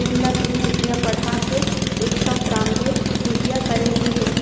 जेन ल तीन रूपिया बड़हा के एक सव त्रान्बे रूपिया करे गे हे